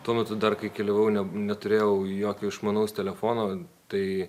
tuo metu dar kai keliavau ne neturėjau jokio išmanaus telefono tai